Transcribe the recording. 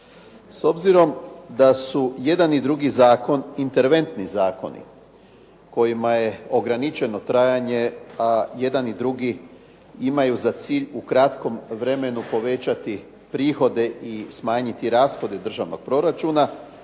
S obzirom da su jedan i drugi zakon interventni zakoni kojima je ograničeno trajanje, a jedan i drugi imaju za cilj u kratkom vremenu povećati prihode i smanjiti rashode državnog proračuna,